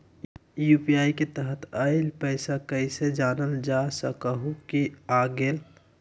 UPI के तहत आइल पैसा कईसे जानल जा सकहु की आ गेल?